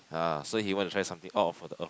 ah so he want to try something out of the Earth